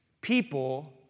people